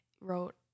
wrote